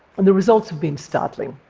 and the results have been startling.